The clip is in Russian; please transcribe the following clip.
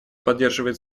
поддерживает